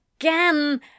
again